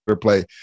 play